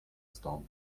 stąd